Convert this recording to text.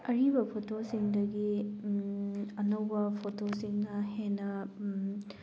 ꯑꯔꯤꯕ ꯐꯣꯇꯣꯁꯤꯡꯗꯒꯤ ꯑꯅꯧꯕ ꯐꯣꯇꯣꯁꯤꯡꯅ ꯍꯦꯟꯅ